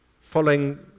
following